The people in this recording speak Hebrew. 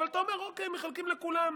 אבל אתה אומר: מחלקים לכולם.